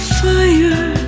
fire